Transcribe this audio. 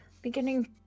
Beginning